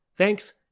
Thanks